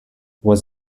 was